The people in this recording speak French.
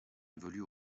évolue